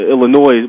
Illinois